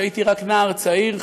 כשהייתי רק נער צעיר,